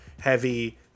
heavy